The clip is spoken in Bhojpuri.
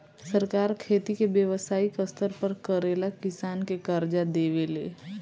सरकार खेती के व्यवसायिक स्तर पर करेला किसान के कर्जा देवे ले